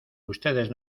ustedes